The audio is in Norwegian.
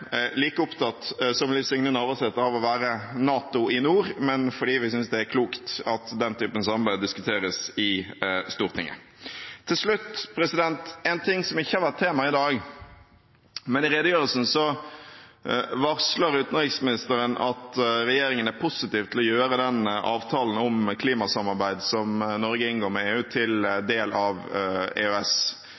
like opptatt som Liv Signe Navarsete av å være NATO i nord, men fordi vi synes det er klokt at den typen samarbeid diskuteres i Stortinget. Til slutt noe som ikke har vært tema i dag, men i redegjørelsen varslet utenriksministeren at regjeringen er positiv til å gjøre den avtalen om klimasamarbeid som Norge inngår med EU, til del av